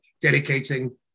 dedicating